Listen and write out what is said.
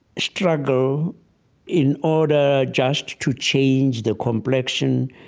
struggle in order just to change the complexion